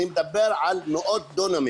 אני מדבר על מאות דונמים